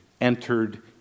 entered